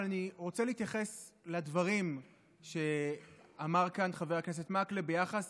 אבל אני רוצה להתייחס לדברים שאמר כאן חבר הכנסת מקלב ביחס